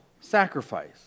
sacrifice